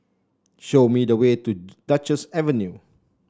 show me the way to Duchess Avenue